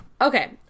Okay